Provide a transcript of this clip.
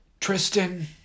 Tristan